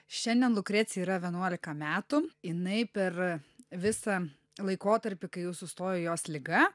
šiandien lukrecijai yra vienuolika metų jinai per visą laikotarpį kai jau sustojo jos liga